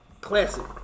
Classic